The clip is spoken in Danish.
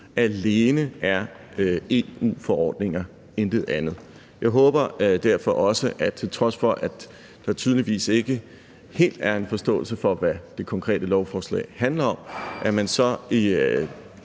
alene er EU-forordninger, intet andet. Jeg håber derfor også, at man, til trods for at der tydeligvis ikke helt er en forståelse for, hvad det konkrete lovforslag handler om, så i